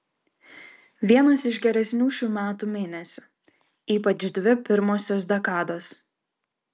vienas iš geresnių šių metų mėnesių ypač dvi pirmosios dekados